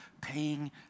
Paying